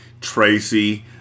Tracy